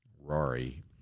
Rory